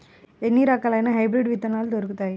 ఎన్ని రకాలయిన హైబ్రిడ్ విత్తనాలు దొరుకుతాయి?